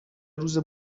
روز